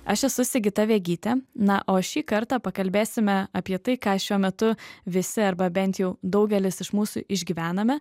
aš esu sigita vegytė na o šį kartą pakalbėsime apie tai ką šiuo metu visi arba bent jau daugelis iš mūsų išgyvename